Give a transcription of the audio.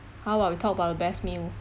how about we talk about the best meal